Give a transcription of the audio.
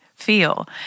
feel